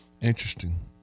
interesting